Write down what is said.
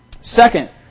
Second